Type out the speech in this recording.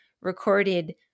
recorded